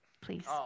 please